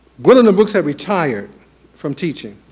gwendolyn brooks had retired from teaching,